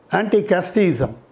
anti-casteism